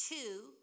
Two